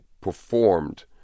performed